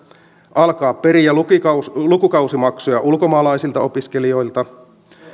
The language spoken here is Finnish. alkaa periä lukukausimaksuja lukukausimaksuja ulkomaalaisilta opiskelijoilta